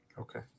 Okay